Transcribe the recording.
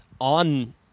on